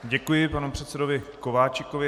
Děkuji panu předsedovi Kováčikovi.